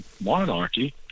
monarchy